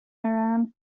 iran